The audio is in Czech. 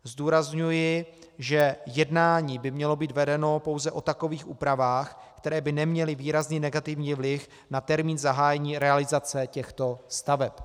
Zdůrazňuji, že jednání by mělo být vedeno pouze o takových úpravách, které by neměly výrazný negativní vliv na termín zahájení realizace těchto staveb.